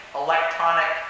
electronic